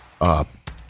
up